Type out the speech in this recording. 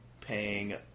paying